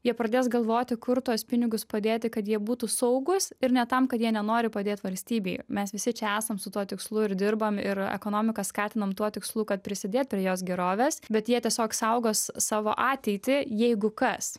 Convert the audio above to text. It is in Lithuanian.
jie pradės galvoti kur tuos pinigus padėti kad jie būtų saugūs ir ne tam kad jie nenori padėt valstybei mes visi čia esam su tuo tikslu ir dirbam ir ekonomiką skatinam tuo tikslu kad prisidėt prie jos gerovės bet jie tiesiog saugos savo ateitį jeigu kas